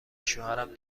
شوهرم